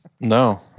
No